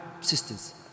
sisters